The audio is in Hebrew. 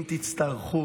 אם תצטרכו,